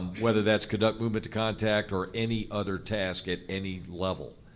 whether that's conduct movement to contact or any other task at any level.